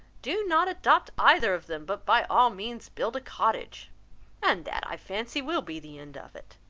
do not adopt either of them, but by all means build a cottage and that i fancy, will be the end of it.